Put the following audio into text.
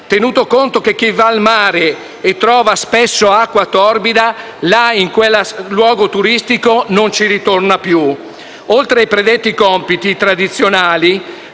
tenuto conto che chi va al mare e trova spesso acqua torbida in quel luogo turistico non ci ritorna più. Oltre ai predetti compiti tradizionali,